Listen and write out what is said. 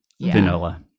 vanilla